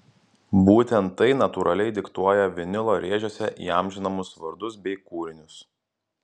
būtent tai natūraliai diktuoja vinilo rėžiuose įamžinamus vardus bei kūrinius